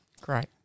great